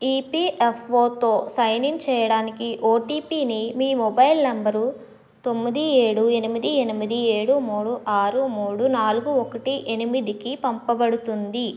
ఈపీఎఫ్ఓతో sign in చేయడానికి ఓటీపీని మీ మొబైల్ నంబరు తొమ్మిది ఏడు ఎనిమిది ఎనిమిది ఏడు మూడు ఆరు మూడు నాలుగు ఒకటి ఎనిమిదికి పంపబడుతుంది